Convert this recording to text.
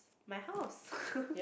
my house